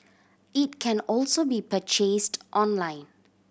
it can also be purchased online